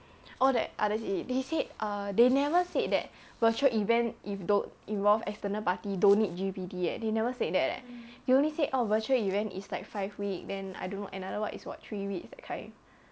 all the other C_C_A they said err they never said that virtual event if don't involve external party don't need G_P_D eh they never said that leh they only said orh virtual event is like five week then I don't know another what is what three weeks that kind